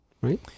right